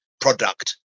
product